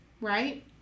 right